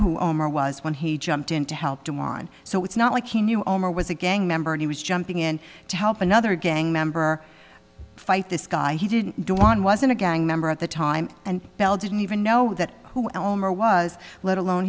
who omar was when he jumped in to help him on so it's not like he knew omar was a gang member and he was jumping in to help another gang member fight this guy he didn't dawn wasn't a gang member at the time and bell didn't even know that who elmer was let alone